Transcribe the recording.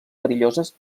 perilloses